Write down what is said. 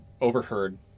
overheard